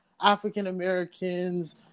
african-americans